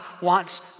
wants